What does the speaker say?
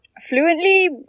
Fluently